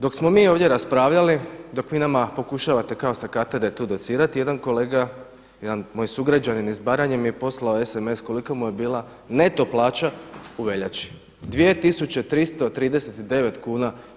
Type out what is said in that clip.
Dok smo mi ovdje raspravljali, dok vi nama pokušavate kao sa katedre to docirati, jedan kolega, jedan moj sugrađanin iz Baranje mi je poslao SMS kolika mu je bila neto plaća u veljači 2.339,04 kuna.